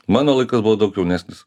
mano laikais buvo daug jaunesnis